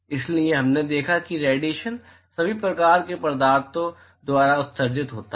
इसलिए हमने देखा कि रेडिएशन सभी प्रकार के पदार्थों द्वारा उत्सर्जित होता है